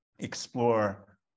explore